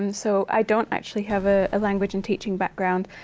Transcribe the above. um so i don't actually have a language and teaching background.